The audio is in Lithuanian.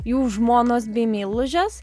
jų žmonos bei meilužės